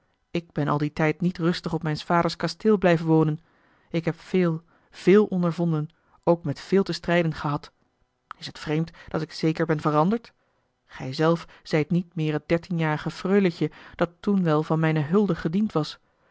ik ben al dien tijd niet rustig op mijns vaders kasteel blijven wonen ik heb veel veel ondervonden ook met veel te strijden gehad is het vreemd dat ik zeer ben veranderd gij zelf zijt niet meer het dertienjarige freuletje dat toen wel van mijne hulde gediend was